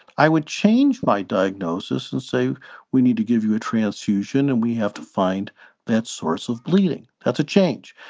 i would change my diagnosis and say we need to give you a transfusion and we have to find that source of bleeding. that's a change.